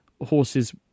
horses